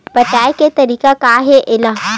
पटाय के तरीका का हे एला?